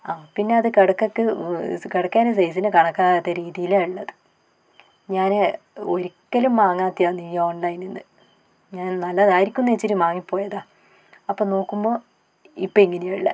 ആ പിന്നെ അത് കിടക്കക്ക് കിടക്കേനെ സൈസിന് കണക്കാകാത്ത രീതിയിലാണ് ഉള്ളത് ഞാൻ ഒരിക്കലും മാങ്ങാത്തെയാണെന്ന് ഈ ഓൺലൈനിന്ന് ഞാൻ നല്ലതായിരിക്കും എന്ന് വെച്ചിട്ട് വാങ്ങി പോയതാണ് അപ്പം നോക്കുമ്പോൾ ഇപ്പം ഇങ്ങനെയാണ് ഉള്ളത്